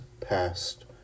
past